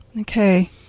Okay